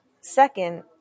Second